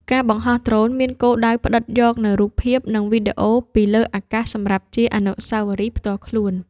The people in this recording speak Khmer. ការបង្ហោះដ្រូនមានគោលដៅផ្ដិតយកនូវរូបភាព និងវីដេអូពីលើអាកាសសម្រាប់ជាអនុស្សាវរីយ៍ផ្ទាល់ខ្លួន។